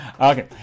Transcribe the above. Okay